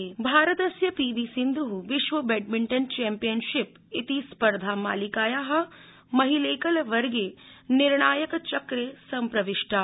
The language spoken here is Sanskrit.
बैडमिण्टन भारतस्य पीवीसिन्धः विश्व बैडमिण्टन चैम्पियनशिप् इति स्पर्धा मालिकाया महिलैकलवर्गे निर्णायकचक्रे सम्प्रविष्टा